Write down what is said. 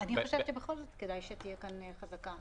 אני חושבת שבכל זאת כדאי שתהיה כאן חזקה.